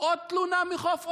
עוד תלונה מחוף אולגה?